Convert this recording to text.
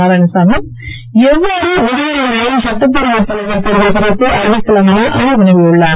நாராயணசாமி எவ்வாறு விடுமுறை நாளில் சட்டப்பேரவைத் தலைவர் தேர்தல் குறித்து அறிவிக்கலாம் என அவர் வினவியுள்ளார்